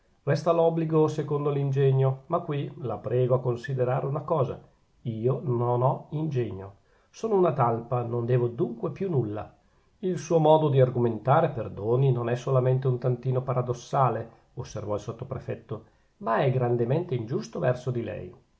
resta l'obbligo secondo l'ingegno ma qui la prego a considerare una cosa io non ho ingegno sono una talpa non devo dunque più nulla il suo modo di argomentare perdoni non è solamente un tantino paradossale osservò il sottoprefetto ma è grandemente ingiusto verso di lei